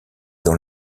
dans